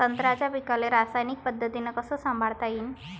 संत्र्याच्या पीकाले रासायनिक पद्धतीनं कस संभाळता येईन?